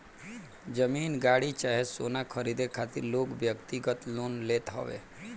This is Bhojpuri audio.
जमीन, गाड़ी चाहे सोना खरीदे खातिर लोग व्यक्तिगत लोन लेत हवे